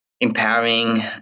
empowering